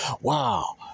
wow